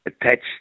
attached